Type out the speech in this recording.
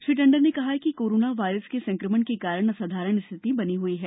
श्री टंडन ने कहा कि कोरोना वायरस के संक्रमण के कारण असाधारण स्थिति बनी हुई है